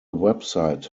website